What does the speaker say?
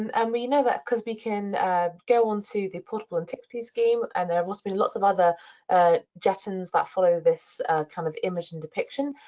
and and we know that cause we can go onto the portable antiquities scheme, and there must be lots of other jettons that follow this kind of image and depiction.